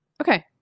okay